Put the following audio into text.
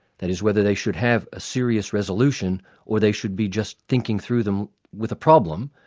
that is, whether they should have a serious resolution or they should be just thinking through them with a problem.